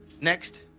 Next